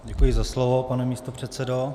Děkuji za slovo, pane místopředsedo.